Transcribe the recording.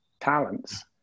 talents